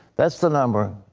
that's the number.